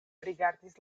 rigardis